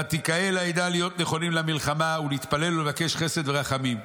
ותיקהל העדה להיות נכונים למלחמה ולהתפלל ולבקש חסד ורחמים.